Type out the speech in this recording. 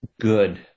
good